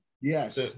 Yes